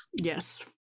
Yes